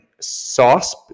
Sauce